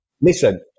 Listen